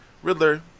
riddler